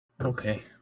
Okay